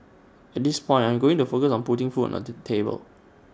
at this point I am going to focus on putting food on the table